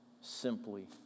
simply